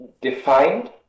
defined